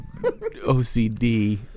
OCD